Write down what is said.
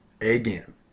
again